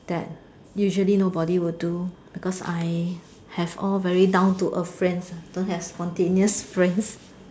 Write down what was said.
that usually nobody will do because I have all very down to earth friends don't have spontaneous friends